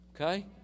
Okay